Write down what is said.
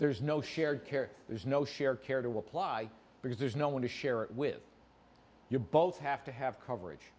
there's no shared care there's no shared care to apply because there's no one to share it with you both have to have coverage